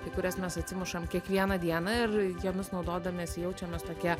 į kurias mes atsimušam kiekvieną dieną ir jomis naudodamiesi jaučiamės tokie